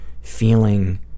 feeling